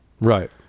Right